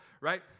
right